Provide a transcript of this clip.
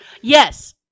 Yes